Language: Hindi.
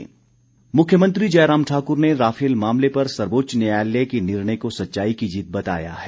मुख्यमंत्री मुख्यमंत्री जयराम ठाकुर ने राफेल मामले पर सर्वोच्च न्यायालय के निर्णय को सच्चाई की जीत बताया है